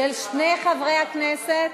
של שני חברי הכנסת,